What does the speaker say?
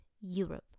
Europe